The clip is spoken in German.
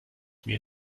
mir